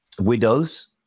widows